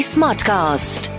Smartcast